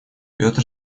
петр